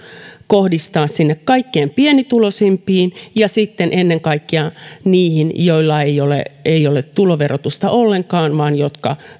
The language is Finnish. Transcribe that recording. kohdistaa sinne kaikkein pienituloisimpiin ja sitten ennen kaikkea niihin joilla ei ole ei ole tuloverotusta ollenkaan vaan jotka